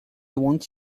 want